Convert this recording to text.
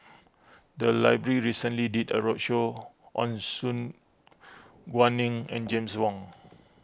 the library recently did a roadshow on Su Guaning and James Wong